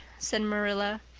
said marilla.